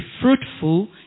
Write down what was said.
fruitful